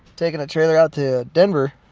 taking a trailer out to denver,